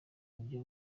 buryo